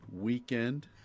weekend